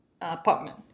apartment